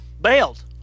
bailed